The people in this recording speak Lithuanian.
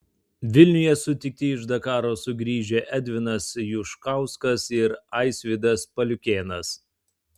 vilniuje sutikti iš dakaro sugrįžę edvinas juškauskas ir aisvydas paliukėnas